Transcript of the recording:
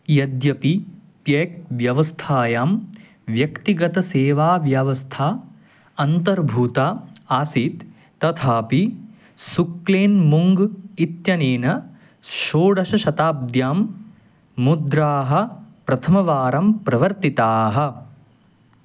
यद्यपि प्येक् व्यवस्थायां व्यक्तिगतसेवाव्यावस्था अन्तर्भूता आसीत् तथापि सुक्लेन्मुङ्ग् इत्यनेन षोडशशताब्द्यां मुद्राः प्रथमवारं प्रवर्तिताः